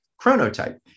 chronotype